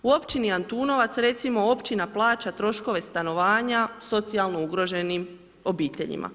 U općini Antunovac, recimo, općina plaća troškove stanovanja socijalno ugroženim obiteljima.